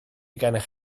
gennych